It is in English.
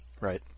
Right